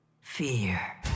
Fear